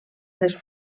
les